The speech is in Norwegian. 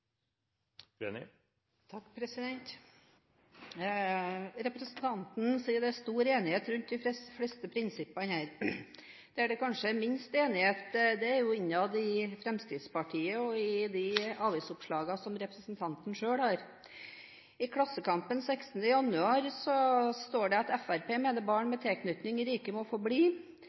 barn? Nei. Representanten sier det er stor enighet om de fleste prinsippene her. Der det kanskje er minst enighet, er innad i Fremskrittspartiet og i de avisoppslagene som representanten selv har. I Klassekampen 16. januar står det at Fremskrittspartiet mener barn med tilknytning i riket må få bli,